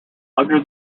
under